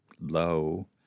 low